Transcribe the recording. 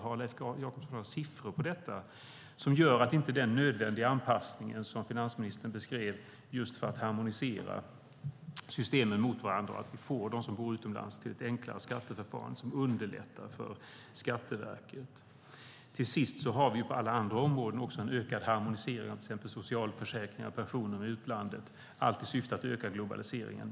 Har Leif Jakobsson några siffror på att den nödvändiga anpassning som finansministern beskrev för att harmonisera systemen med varandra inte ger ett enklare skatteförfarande för dem som bor utomlands och underlättar för Skatteverket? Till sist har vi på alla andra områden också en ökad harmonisering med utlandet, till exempel socialförsäkringar och pensioner, allt i syfte att öka globaliseringen.